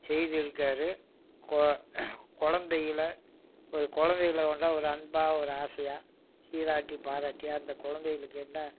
செய்து இருக்கார் கொ குழந்தைகள ஒரு குழந்தைகள கொண்டாடி ஒரு அன்பாக ஒரு ஆசையாக சீராட்டி பாராட்டி அந்த குழந்தைகளுக்கு என்ன